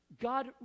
God